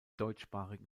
deutschsprachigen